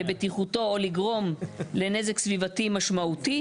או לבטיחותו, או לגרום לנזק סביבתי משמעותי".